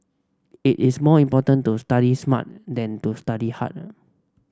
it is more important to study smart than to study hard